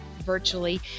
virtually